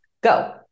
Go